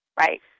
Right